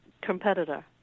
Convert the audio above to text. competitor